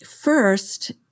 first